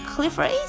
Clifford